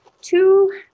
two